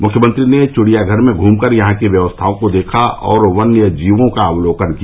मुख्यमंत्री ने चिड़ियाघर में घूमकर यहां की व्यवस्थाओं को देखा और वन्यजीवों का अवलोकन किया